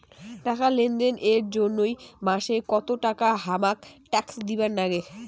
টাকা লেনদেন এর জইন্যে মাসে কত টাকা হামাক ট্যাক্স দিবার নাগে?